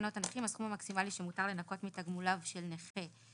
בתקנות הנכים הסכום המקסימלי שמותר לנכות מתגמוליו של נכה,